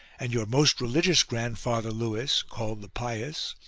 and your most religious grand father lewis, called the pious,